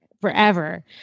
forever